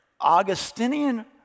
Augustinian